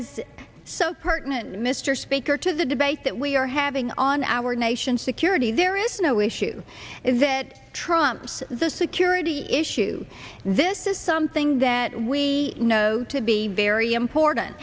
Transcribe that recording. is so pertinence mr speaker to the debate that we are having on our nation's security there is no issue is that trumps the security issue this is something that we know to be very important